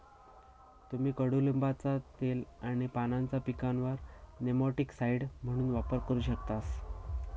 तुम्ही कडुलिंबाचा तेल आणि पानांचा पिकांवर नेमॅटिकसाइड म्हणून वापर करू शकतास